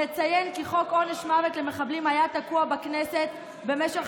נציין כי חוק עונש מוות למחבלים היה תקוע בכנסת במשך